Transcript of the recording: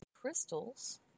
crystals